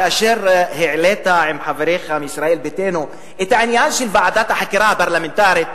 כאשר העלית עם חבריך מישראל ביתנו את העניין של ועדת החקירה הפרלמנטרית,